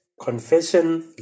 confession